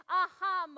aha